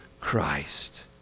Christ